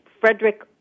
Frederick